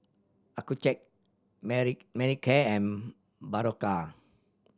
Accucheck Mani Manicare and Berocca